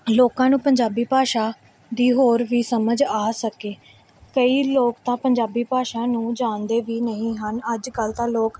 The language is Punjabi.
ਲੋਕਾਂ ਨੂੰ ਪੰਜਾਬੀ ਭਾਸ਼ਾ ਦੀ ਹੋਰ ਵੀ ਸਮਝ ਆ ਸਕੇ ਕਈ ਲੋਕ ਤਾਂ ਪੰਜਾਬੀ ਭਾਸ਼ਾ ਨੂੰ ਜਾਣਦੇ ਵੀ ਨਹੀਂ ਹਨ ਅੱਜ ਕੱਲ ਤਾਂ ਲੋਕ